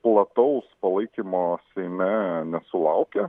plataus palaikymo seime nesulaukia